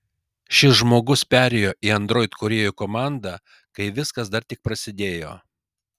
šis žmogus perėjo į android kūrėjų komandą kai viskas dar tik prasidėjo